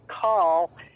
call